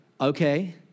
okay